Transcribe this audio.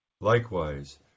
Likewise